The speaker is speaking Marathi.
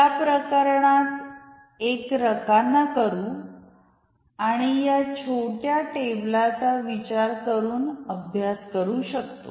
या प्रकरणात एक रकाना करु आणि या छोट्या टेबलाचा विचार करुन अभ्यास करु शकतो